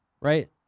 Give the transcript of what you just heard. right